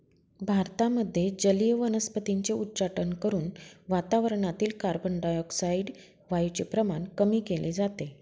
भारतामध्ये जलीय वनस्पतींचे उच्चाटन करून वातावरणातील कार्बनडाय ऑक्साईड वायूचे प्रमाण कमी केले जाते